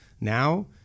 Now